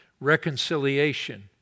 reconciliation